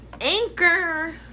Anchor